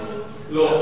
זה מה,